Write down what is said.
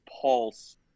pulse